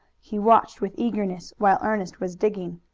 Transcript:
he watched with eagerness while ernest was digging.